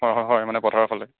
হয় হয় হয় মানে পথাৰৰ ফালে